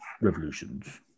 Revolutions